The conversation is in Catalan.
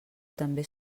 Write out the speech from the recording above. també